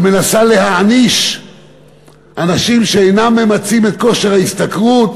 ומנסה להעניש אנשים שאינם ממצים את כושר ההשתכרות